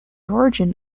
origin